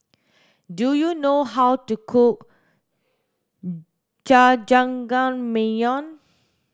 do you know how to cook Jajangmyeon